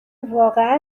واقعا